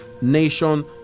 Nation